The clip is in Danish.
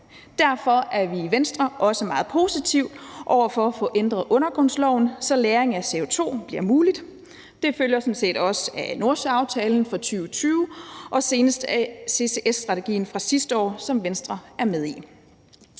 Derfor er vi i Venstre også meget positive over for at få ændret undergrundsloven, så lagring af CO2 bliver muligt. Det følger sådan set også af Nordsøaftalen fra 2020 og senest af CCS-strategien fra sidste år, som Venstre er med i.